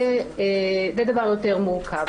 זה דבר יותר מורכב.